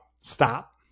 stop